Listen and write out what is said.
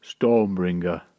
Stormbringer